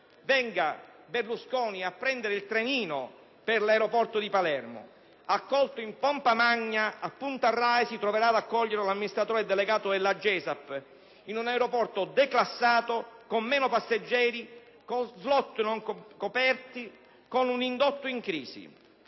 Venga Berlusconi a prendere il trenino per l'aeroporto di Palermo: accolto in pompa magna a Punta Raisi, troverà ad accoglierlo l'amministratore delegato della GESAP in un aeroporto declassato, con meno passeggeri, con *slot* non coperti, con un indotto in crisi.